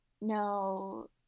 no